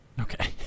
Okay